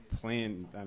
playing